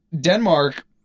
Denmark